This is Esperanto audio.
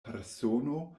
persono